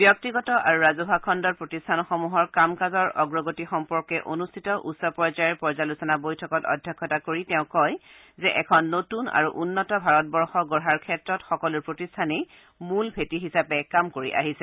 ব্যক্তিগত আৰু ৰাজহুৱা খণ্ডৰ প্ৰতিষ্ঠানসমূহৰ কাম কাজৰ অগ্ৰগতি সম্পৰ্কে অনুষ্ঠিত উচ্চ পৰ্যায়ৰ পৰ্যালোচনা বৈঠকত অধ্যক্ষতা কৰি তেওঁ কয় যে এখন নতুন আৰু উন্নত ভাৰতবৰ্ষ গঢ়াৰ ক্ষেত্ৰত সকলো প্ৰতিষ্ঠানে মূল ভেটি হিচাপে কাম কৰি আহিছে